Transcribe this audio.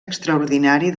extraordinari